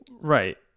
Right